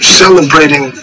celebrating